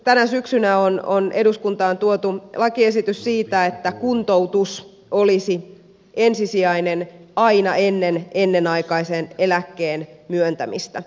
tänä syksynä on eduskuntaan tuotu lakiesitys siitä että kuntoutus olisi ensisijainen aina ennen ennenaikaisen eläkkeen myöntämistä